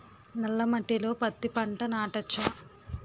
నల్ల మట్టిలో పత్తి పంట నాటచ్చా?